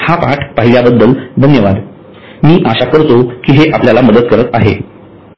हा पाठ पाहिल्याबद्दल धन्यवाद मी आशा करतो की हे आपल्याला मदत करत आहे